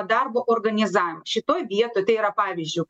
darbo organizavimą šitoj vietoj tai yra pavyzdžiu